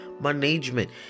management